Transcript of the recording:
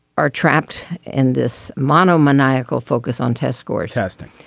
are trapped in this mano maniacal focus on test scores testing.